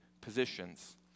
positions